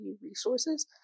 resources